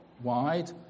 Wide